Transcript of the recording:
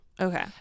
Okay